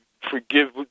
forgive